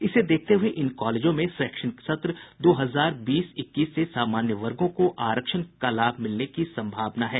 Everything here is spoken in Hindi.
इसे देखते हुये इन कॉलेजों में शैक्षणिक सत्र दो हजार बीस इक्कीस से सामान्य वर्गों को आरक्षण का मिलने की सम्भावना है